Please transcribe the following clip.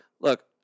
Look